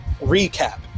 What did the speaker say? recap